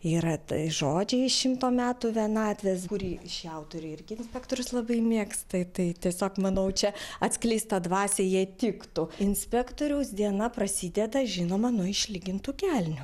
yra tai žodžiai iš šimto metų vienatvės kurį šį autorių irgi inspektorius labai mėgsta ir tai tiesiog manau čia atskleist tą dvasią jie tiktų inspektoriaus diena prasideda žinoma nuo išlygintų kelnių